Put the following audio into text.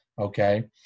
Okay